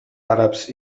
àrabs